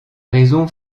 raisons